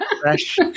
fresh